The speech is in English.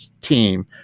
team